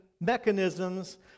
mechanisms